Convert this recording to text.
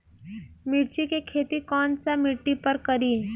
मिर्ची के खेती कौन सा मिट्टी पर करी?